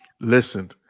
Listen